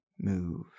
move